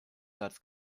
satz